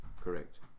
Correct